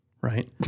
right